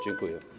Dziękuję.